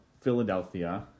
Philadelphia